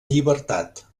llibertat